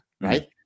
right